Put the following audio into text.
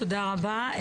תודה רבה.